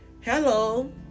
Hello